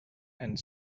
and